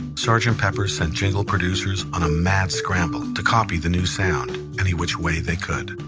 sort of and pepper' sent jingle producers on a mad scramble to copy the new sound any which way they could